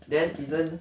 then isn't